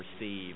receive